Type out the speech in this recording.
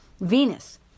Venus